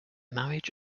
marriage